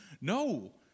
no